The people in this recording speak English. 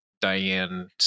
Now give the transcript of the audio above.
Diane